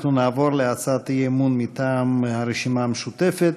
אנחנו נעבור להצעת אי-אמון מטעם הרשימה המשותפת: